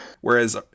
Whereas